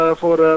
voor